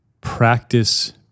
practice